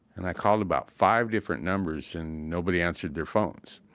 and i called about five different numbers and nobody answered their phones.